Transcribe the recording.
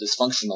dysfunctional